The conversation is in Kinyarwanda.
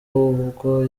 ubwo